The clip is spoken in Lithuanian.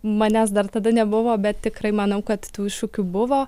manęs dar tada nebuvo bet tikrai manau kad tų iššūkių buvo